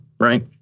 Right